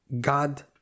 God